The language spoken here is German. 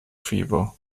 fieber